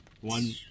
One